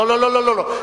לא, לא, לא, לא.